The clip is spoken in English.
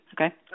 okay